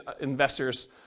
investors